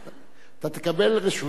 תקבל רשות לדבר.